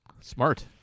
Smart